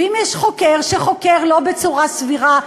ואם יש חוקר שחוקר לא בצורה סבירה,